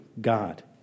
God